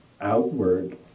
outward